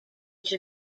age